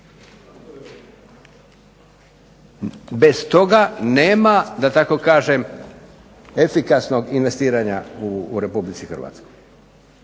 Bez toga nema, da tako kažem, efikasnog investiranja u Republici Hrvatskoj.